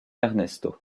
ernesto